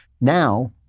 Now